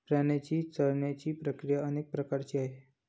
प्राण्यांची चरण्याची प्रक्रिया अनेक प्रकारची आहे